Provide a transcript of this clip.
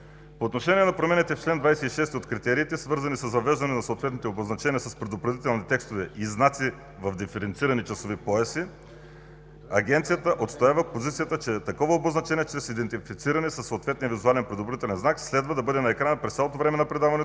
По отношение на промените в чл. 26 от критериите, свързани със завеждане на съответните обозначения с предупредителни текстове и знаци в диференцирани часови пояси, Агенцията отстоява позицията, че такова обозначение чрез индентифициране със съответен визуален предупредителен знак следва да бъде на екрана през цялото време на предаването,